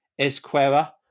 Esquerra